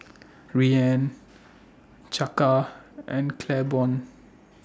Rianna Chaka and Claiborne